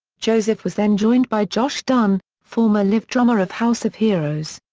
joseph was then joined by josh dun, former live drummer of house of heroes.